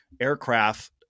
aircraft